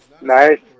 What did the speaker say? Nice